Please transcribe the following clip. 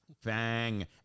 Fang